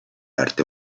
arte